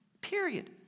period